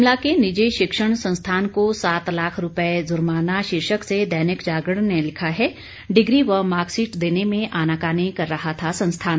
शिमला के निजी शिक्षण संस्थान को सात लाख रुपये जुर्माना शीर्षक से दैनिक जागरण ने लिखा है डिग्री व मार्क्सशीट देने में आनाकानी कर रहा था संस्थान